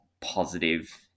positive